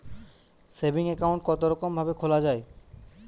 Saving account কতরকম ভাবে খোলা য়ায়?